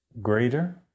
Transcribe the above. greater